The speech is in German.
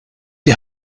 die